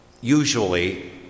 usually